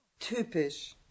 Typisch